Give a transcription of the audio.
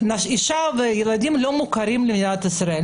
האישה והילדים לא מוכרים במדינת ישראל.